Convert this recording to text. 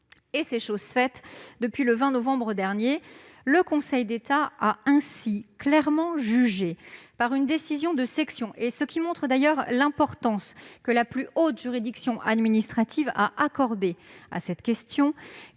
C'est chose faite depuis le 20 novembre dernier. Le Conseil d'État a ainsi clairement jugé, par une décision de section- cette procédure témoigne de l'importance que la plus haute juridiction administrative a accordée à cette question